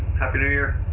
happy new year.